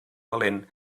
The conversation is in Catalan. valent